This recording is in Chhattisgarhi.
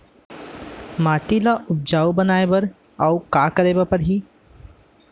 माटी ल उपजाऊ बनाए बर अऊ का करे बर परही?